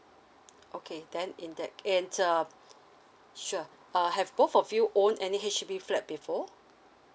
okay then in that and um sure uh have both of you own any H_D_B flat before